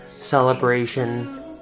celebration